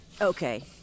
Okay